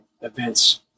events